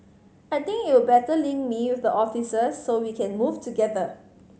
I think it'll better link me with the officers so we can move together